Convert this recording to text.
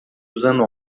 usando